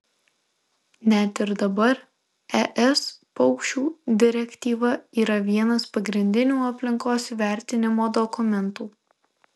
net ir dabar es paukščių direktyva yra vienas pagrindinių aplinkos vertinimo dokumentų